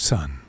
Son